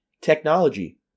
technology